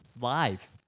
live